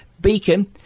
Beacon